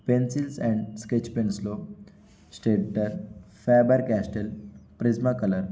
pencils and sketch పెన్స్లో Staedtler Faber Castell ప్రిజమా colour